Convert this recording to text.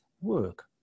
work